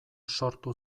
sortu